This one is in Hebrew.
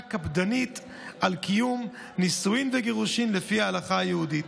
קפדנית על קיום נישואין וגירושין לפי ההלכה היהודית,